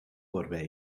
waarbij